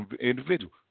individual